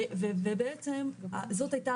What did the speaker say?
בעצם, זאת הייתה